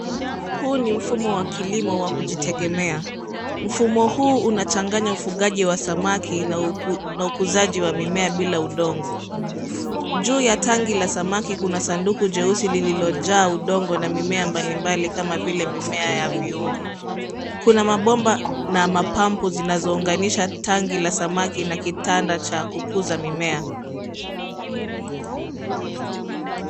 Huu ni mfumo wa kilimo wa kujitekemea mfumo huu unachanganya ufukaji wa samaki na ukusaji wa mimea pila udongo, juu ya tanki la samaki Kuna sanduku cheusi lililo jaa udongo ma mimea mbalimbali kama vile mimea ya viungo, kuna mapomba na mapambo zinazo unganisha tanki la samaki na kitanda cha kukusamimea